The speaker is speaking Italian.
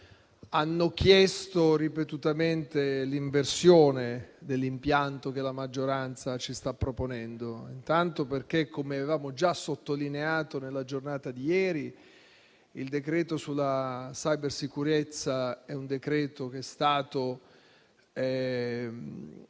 ha chiesto ripetutamente l'inversione dell'impianto che la maggioranza ci sta proponendo perché, come avevamo già sottolineato nella giornata di ieri, il decreto-legge sulla cybersicurezza è stato rappresentato